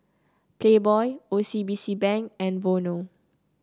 Playboy O C B C Bank and Vono